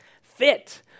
fit